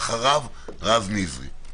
תודה רבה.